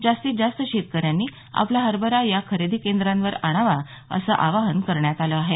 जास्तीत जास्त शेतकऱ्यांनी आपला हरभरा या खरेदी केंद्रावर आणावा असं आवाहन करण्यात आलं आहे